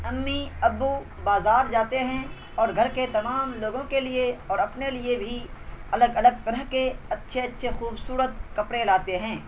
امی ابو بازار جاتے ہیں اور گھر کے تمام لوگوں کے لیے اور اپنے لیے بھی الگ الگ طرح کے اچھے اچھے خوبصورت کپڑے لاتے ہیں